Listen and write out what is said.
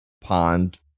pond